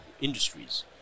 industries